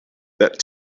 that